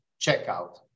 checkout